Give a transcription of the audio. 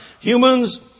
humans